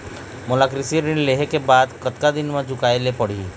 मोला कृषि ऋण लेहे के बाद कतका दिन मा चुकाए ले पड़ही?